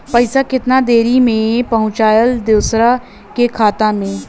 पैसा कितना देरी मे पहुंचयला दोसरा के खाता मे?